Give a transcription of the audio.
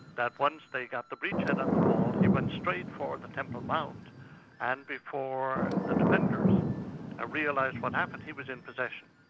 that once they got the breach head on the wall he went straight for the temple mount and before the defenders ah realised what happened, he was in possession,